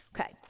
Okay